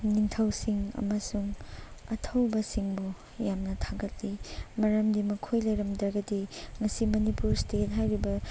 ꯅꯤꯡꯊꯧꯁꯤꯡ ꯑꯃꯁꯨꯡ ꯑꯊꯧꯕꯁꯤꯡꯕꯨ ꯌꯥꯝꯅ ꯊꯥꯒꯠꯂꯤ ꯃꯔꯝꯗꯤ ꯃꯈꯣꯏ ꯂꯩꯔꯝꯗ꯭ꯔꯒꯗꯤ ꯉꯁꯤ ꯃꯅꯤꯄꯨꯔ ꯏꯁꯇꯦꯠ ꯍꯥꯏꯔꯤꯕ